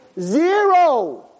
Zero